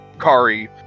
Kari